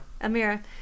Amira